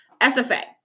SFA